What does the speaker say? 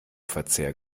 verzehr